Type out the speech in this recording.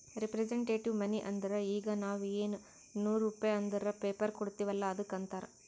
representative money ಅಂದುರ್ ಈಗ ನಾವ್ ಎನ್ ನೂರ್ ರುಪೇ ಅಂದುರ್ ಪೇಪರ್ ಕೊಡ್ತಿವ್ ಅಲ್ಲ ಅದ್ದುಕ್ ಅಂತಾರ್